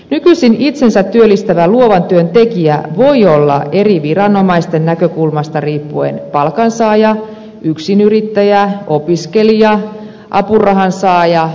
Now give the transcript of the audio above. nykyisin itsensä työllistävä luovan työn tekijä voi olla eri viranomaisten näkökulmasta riippuen palkansaaja yksinyrittäjä opiskelija apurahansaaja tai työtön